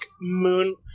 moon